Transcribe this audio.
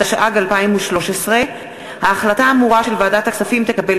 התשע"ג 2013. ההחלטה האמורה של ועדת הכספים תקבל